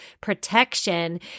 protection